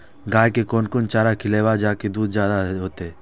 गाय के कोन कोन चारा खिलाबे जा की दूध जादे होते?